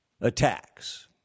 attacks